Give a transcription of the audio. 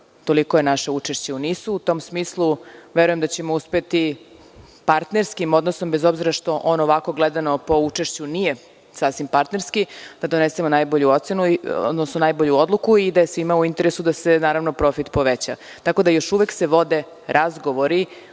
toliko je naše učešće u NIS-u. U tom smislu verujem da ćemo uspeti partnerskim odnosom, bez obzira što on ovako gledano po učešću nije sasvim partnerski, da donesemo najbolju ocenu, odnosno najbolju odluku i da je svima u interesu da se profit poveća. Tako da, još uvek se vode razgovori